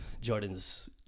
Jordan's